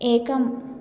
एकम्